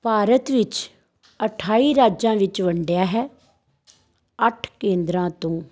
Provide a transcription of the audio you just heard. ਭਾਰਤ ਵਿੱਚ ਅਠਾਈ ਰਾਜਾਂ ਵਿੱਚ ਵੰਡਿਆ ਹੈ ਅੱਠ ਕੇਂਦਰਾਂ ਤੋਂ